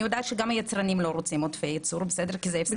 אני יודעת שגם היצרנים לא רוצים עודפי ייצור אבל